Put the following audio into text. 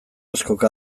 askok